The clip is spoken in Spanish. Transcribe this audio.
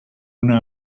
una